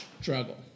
struggle